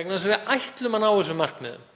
vegna þess að við ætlum að ná okkar markmiðum.